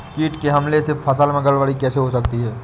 कीट के हमले से फसल में गड़बड़ी कैसे होती है?